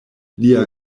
lia